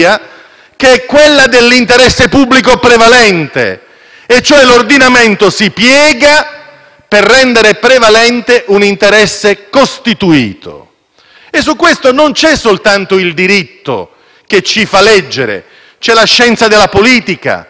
per rendere prevalente un interesse costituito. Su questo aspetto non c'è soltanto il diritto, che ci fa leggere, ma c'è anche la scienza della politica, la dottrina dello Stato, le dottrine politiche, tutto quello che ha scritto sulla paura